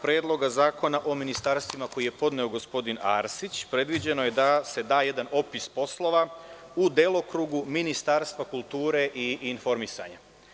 Predloga zakona o ministarstvima, koji je podneo gospodin Arsić, predviđeno je da se da jedan opis poslova u delokrugu Ministarstva kulture i informisanja.